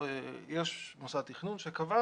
יש מוסד תכנון שקבע